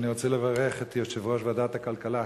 אני רוצה לברך את יושב-ראש ועדת הכלכלה,